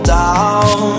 down